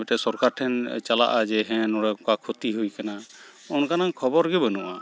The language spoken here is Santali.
ᱢᱤᱫᱴᱮᱡ ᱥᱚᱨᱠᱟᱨᱴᱷᱮᱱ ᱪᱟᱞᱟᱜᱼᱟ ᱡᱮ ᱦᱮᱸ ᱱᱚᱸᱰᱮ ᱱᱚᱝᱠᱟ ᱠᱷᱚᱛᱤ ᱦᱩᱭᱟᱠᱟᱱᱟ ᱚᱱᱠᱟᱱᱟᱝ ᱠᱷᱚᱵᱚᱨᱜᱮ ᱵᱟᱹᱱᱩᱜᱼᱟ